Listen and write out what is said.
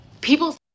people